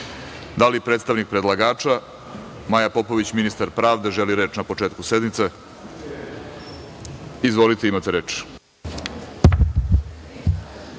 li predstavnik predlagača Maja Popović, ministar pravde, želi reč na početku sednice? Izvolite, imate reč.